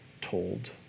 told